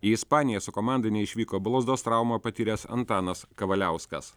į ispaniją su komanda neišvyko blauzdos traumą patyręs antanas kavaliauskas